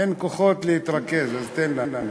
אין כוחות להתרכז, אז תן לנו.